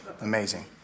Amazing